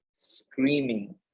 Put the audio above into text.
Screaming